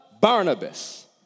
Barnabas